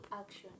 action